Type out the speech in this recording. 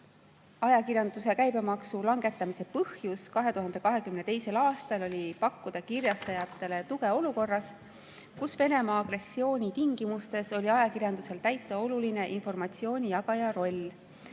ajakirjanduse käibemaksu langetamise põhjus 2022. aastal oli pakkuda kirjastajatele tuge olukorras, kus Venemaa agressiooni tingimustes oli ajakirjandusel täita oluline informatsioonijagaja roll.